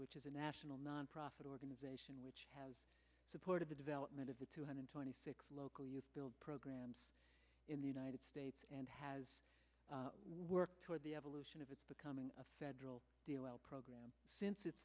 which is a national nonprofit organization which has supported the development of the two hundred twenty six local youth build programs in the united states and has worked toward the evolution of its becoming a federal program since it